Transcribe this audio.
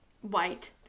white